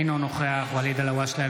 אינו נוכח ואליד אלהואשלה,